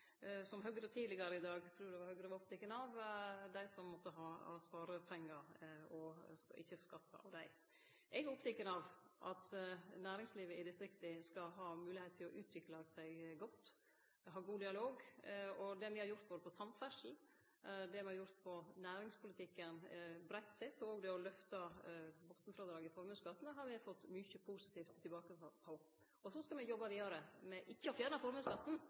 trur Høgre tidlegare i dag var oppteken av, mange av dei som måtte ha sparepengar og ikkje skal skatte av dei. Eg er oppteken av at næringslivet i distrikta skal ha moglegheit til å utvikle seg godt, ha god dialog. Det me har gjort på samferdsle, det me har gjort på næringspolitikken breitt sett, og det å løfte botnfrådraget i formuesskatten har me fått mange positive tilbakemeldingar på. Og så skal me jobbe vidare, ikkje med å